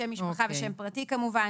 שם משפחה ושם פרטי כמובן,